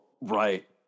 Right